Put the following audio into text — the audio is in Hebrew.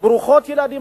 ברוכות ילדים,